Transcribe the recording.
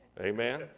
Amen